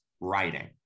writing